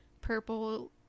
purple